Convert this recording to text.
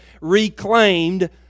reclaimed